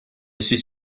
suis